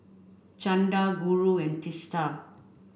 Chanda Guru and Teesta